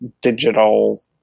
digital